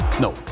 no